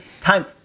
Time